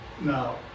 No